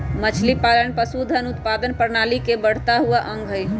मछलीपालन पशुधन उत्पादन प्रणाली के बढ़ता हुआ अंग हई